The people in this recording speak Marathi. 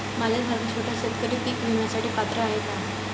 माझ्यासारखा छोटा शेतकरी पीक विम्यासाठी पात्र आहे का?